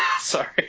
Sorry